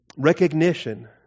recognition